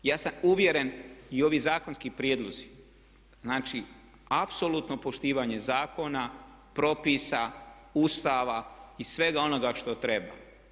Ja sam uvjeren i ovi zakonski prijedlozi, znači apsolutno poštivanje zakona, propisa, Ustava i svega onoga što treba.